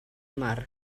mar